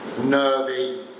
nervy